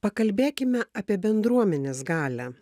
pakalbėkime apie bendruomenės galią